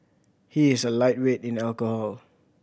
he is a lightweight in alcohol